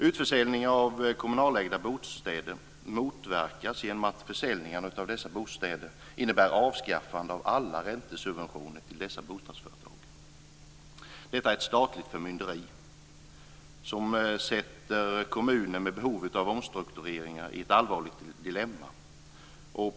Utförsäljning av kommunalägda bostäder motverkas genom att försäljningen av dessa bostäder innebär avskaffande av alla räntesubventioner till dessa bostadsföretag. Det är statligt förmynderi som sätter kommuner med behov av omstruktureringar i ett allvarligt dilemma.